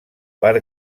per